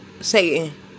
Satan